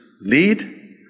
lead